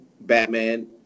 Batman